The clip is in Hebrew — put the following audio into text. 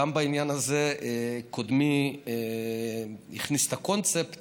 גם בעניין הזה קודמי הכניס את הקונספט,